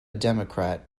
democrat